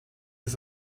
das